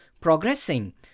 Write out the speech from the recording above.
progressing